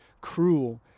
cruel